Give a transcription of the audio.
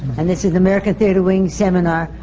and this is an american theatre wing seminar,